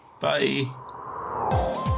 Bye